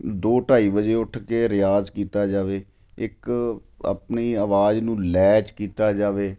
ਦੋ ਢਾਈ ਵਜੇ ਉੱਠ ਕੇ ਰਿਆਜ਼ ਕੀਤਾ ਜਾਵੇ ਇੱਕ ਆਪਣੀ ਆਵਾਜ਼ ਨੂੰ ਲੈਅ 'ਚ ਕੀਤਾ ਜਾਵੇ